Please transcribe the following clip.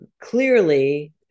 clearly